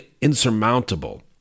insurmountable